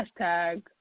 hashtag